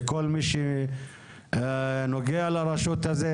לכל מי שנוגע לרשות הזו,